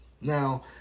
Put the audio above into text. Now